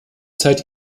zeit